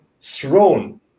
thrown